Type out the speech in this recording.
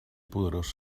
poderós